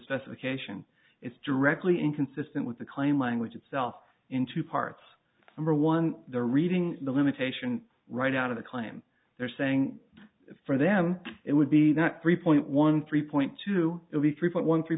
specification it's directly inconsistent with the claim language itself in two parts or one the reading the limitation right out of the claim they're saying for them it would be that three point one three point two will be three point one three